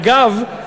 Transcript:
אגב,